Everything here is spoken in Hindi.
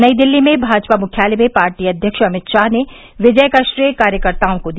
नई दिल्ली में भाजपा मुख्यालय में पार्टी अध्यक्ष अमित शाह ने विजय का श्रेय कार्यकर्ताओं को दिया